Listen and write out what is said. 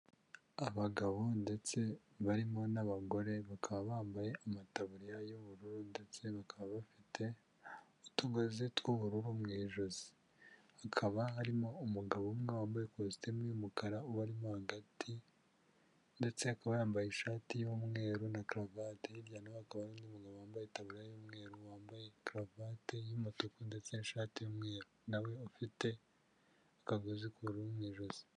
Abagabo ndetse barimo n'abagore bakaba bambaye amataburiya y'ubururu ndetse bakaba bafite utugozi tw'ubururu mu ijosi. Hakaba harimo umugabo umwe wambaye ikositimu y'umukara ubarimo hagati ndetse akaba yambaye ishati y'umweru na karuvati, hirya naho hakaba hari undi umugabo wambaye itaburiya y'umweru wambaye karuvati y'umutuku ndetse n'ishati y'umweru, nawe ufite akagozi k'ubururu mu ijosi.